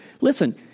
Listen